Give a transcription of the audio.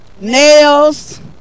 Nails